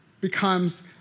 becomes